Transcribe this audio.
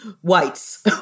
whites